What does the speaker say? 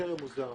טרם הוסדר הנושא.